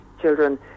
children